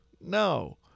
No